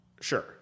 Sure